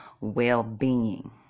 well-being